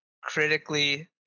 critically